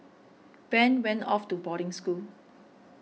Ben went off to boarding school